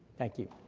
thank you.